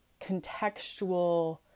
contextual